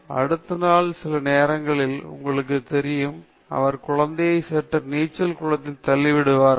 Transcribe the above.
அடுத்த நாள் சில நேரங்களில் உங்களுக்கு தெரியும் அவர்கள் குழந்தையை சற்று நீச்சல் குளத்தில் தள்ளிவிடுகிறார்கள்